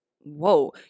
Whoa